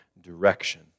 direction